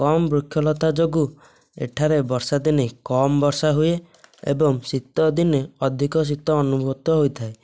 କମ ବୃକ୍ଷଲତା ଯୋଗୁଁ ଏଠାରେ ବର୍ଷା ଦିନେ କମ ବର୍ଷା ହୁଏ ଏବଂ ଶୀତଦିନେ ଅଧିକ ଶୀତ ଅନୁଭୂତ ହୋଇଥାଏ